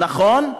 נכון,